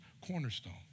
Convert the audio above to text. cornerstone